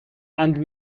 and